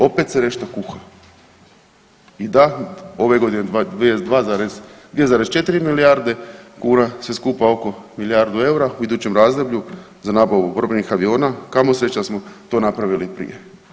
Opet se nešto kuha i da ove godine 2,4 milijarde kuna sve skupa oko milijardu eura u idućem razdoblju za nabavu borbenih aviona, kamo sreće da smo to napravili prije.